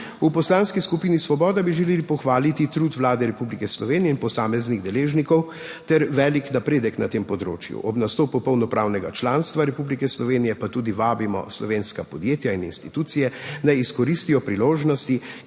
V Poslanski skupini Svoboda bi želeli pohvaliti trud Vlade Republike Slovenije in posameznih deležnikov ter velik napredek na tem področju. Ob nastopu polnopravnega članstva Republike Slovenije pa tudi vabimo slovenska podjetja in institucije, da izkoristijo priložnosti,